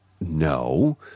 No